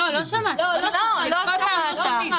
לא, לא שמעת.